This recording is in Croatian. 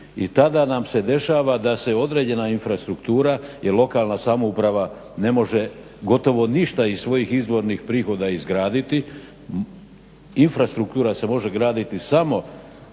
i tada nam se dešava da se određena infrastruktura i lokalna samouprava ne može gotovo ništa iz svojih izvornih prihoda izgraditi. Infrastruktura se može graditi samo